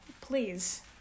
please